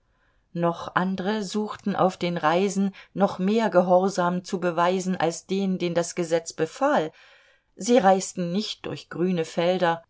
noch andre suchten auf den reisen noch mehr gehorsam zu beweisen als den den das gesetz befahl sie reisten nicht durch grüne felder